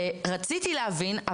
רציתי להבין,